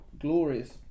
glorious